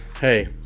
Hey